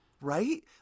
right